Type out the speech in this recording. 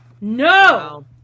No